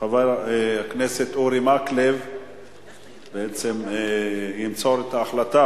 חבר הכנסת אורי מקלב ימסור את ההחלטה